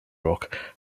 rock